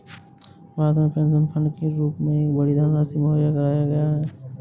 भारत में pension fund के रूप में एक बड़ी धनराशि मुहैया कराया गया है